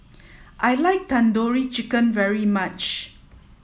I like Tandoori Chicken very much